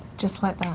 just like